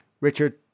Richard